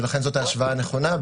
ולכן זאת ההשוואה הנכונה.